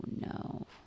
no